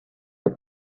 with